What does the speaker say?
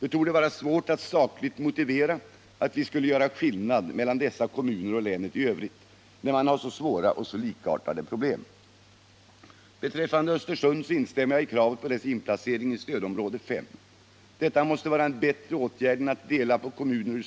Det torde vara svårt att sakligt motivera att vi skulle göra åtskillnad mellan dessa kommuner och länet i övrigt, när man har så svåra och så likartade problem. Beträffande Östersund instämmer jag i kravet på dess inplacering i stödområde 5. Detta måste ur stödområdessynpunkt vara en bättre åtgärd än att dela på kommuner.